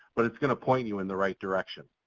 but it's going to point you in the right direction.